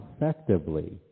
effectively